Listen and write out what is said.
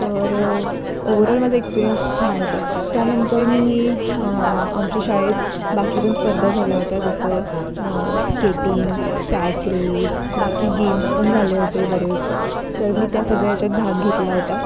तर ओवरऑल माझा एक्सपिरियन्स छान होता त्यानंतर मी आमच्या शाळेत बाकी पण स्पर्धा झाल्या होत्या जसं स्केटिंग सॅक रेस बाकी गेम्स पण झाले होते बरेच तर मी त्या सगळ्याच्यात भाग घेतला होता